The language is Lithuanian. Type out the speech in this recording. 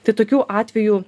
tai tokių atvejų